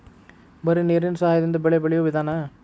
ಬರೇ ನೇರೇನ ಸಹಾದಿಂದ ಬೆಳೆ ಬೆಳಿಯು ವಿಧಾನಾ